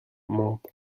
mob